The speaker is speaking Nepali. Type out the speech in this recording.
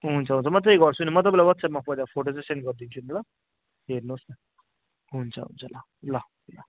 हुन्छ हुन्छ म त्यही गर्छु नि म तपाईँलाई वाट्सएपमा पहिला फोटो चाहिँ सेन्ड गरिदिन्छु नि ल हेर्नुहोस् न हुन्छ हुन्छ ल ल ल